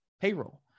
payroll